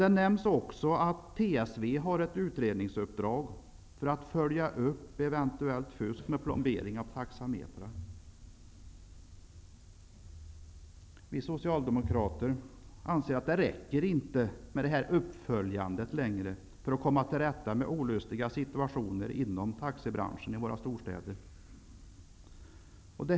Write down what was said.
Det nämns också att TSV har ett utredningsuppdrag för att följa upp eventuellt fusk med plombering av taxametrar. Vi socialdemokrater anser att det inte räcker med detta uppföljande för att komma till rätta med olustiga situationer inom taxibranschen i våra storstäder.